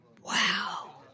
Wow